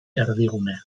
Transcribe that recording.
erdigune